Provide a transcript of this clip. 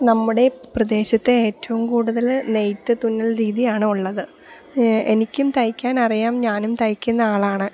നമ്മുടെ പ്രദേശത്തെ ഏറ്റവും കൂടുതല് നെയ്ത്ത് തുന്നൽ രീതിയാണുള്ളത് എനിക്കും തയ്ക്കാനറിയാം ഞാനും തയ്ക്കുന്ന ആളാണ്